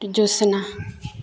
Jyotsna